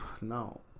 No